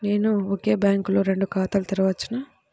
నేను ఒకే బ్యాంకులో రెండు ఖాతాలు తెరవవచ్చా?